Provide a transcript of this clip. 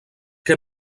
què